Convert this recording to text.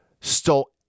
stole